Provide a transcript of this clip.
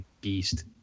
beast